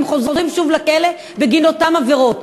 האם הם חוזרים לכלא בגין אותן עבירות,